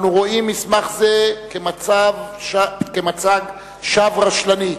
אנחנו רואים מסמך זה כמצג שווא רשלני,